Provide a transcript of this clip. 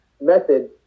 method